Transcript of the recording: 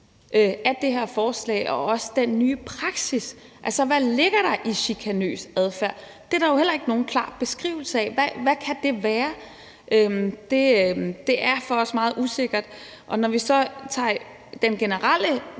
af det her forslag og også den nye praksis. Altså, hvad ligger der i chikanøs adfærd? Det er der jo heller ikke nogen klar beskrivelse af. Hvad kan det være? Det er for os meget usikkert, og når vi så tager den generelle